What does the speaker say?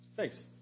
Thanks